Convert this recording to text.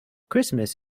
christmas